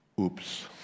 oops